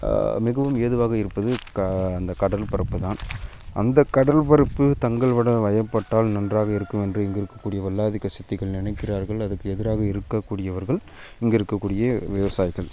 மிகவும் ஏதுவாக இருப்பது கா அந்த கடல் பரப்பு தான் அந்த கடல் பரப்பு தங்களோடய வயப்பட்டால் நன்றாக இருக்கும் என்று இங்கே இருக்கக்கூடிய வல்லாதிக்க சித்திகள் நினைக்கிறார்கள் அதற்கு எதிராக இருக்கக்கூடியவர்கள் இங்கே இருக்கக்கூடிய விவசாயிகள்